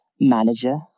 manager